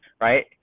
right